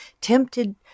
tempted